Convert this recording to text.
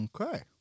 Okay